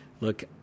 Look